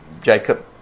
Jacob